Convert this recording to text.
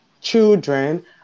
children